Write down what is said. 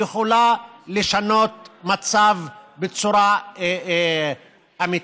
זה יכול לשנות מצב בצורה אמיתית.